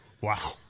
wow